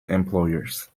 employers